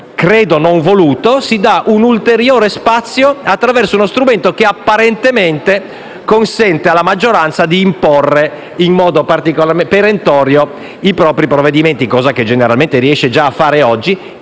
credo non voluto, si dà un ulteriore spazio attraverso uno strumento che apparentemente consente alla maggioranza di imporre in modo particolarmente perentorio i propri provvedimenti, cosa che generalmente riesce già a fare oggi.